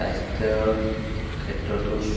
স্বাস্থ্যৰ ক্ষেত্ৰতো